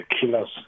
killers